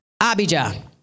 Abijah